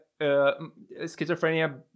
schizophrenia